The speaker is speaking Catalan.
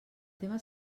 tema